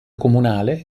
comunale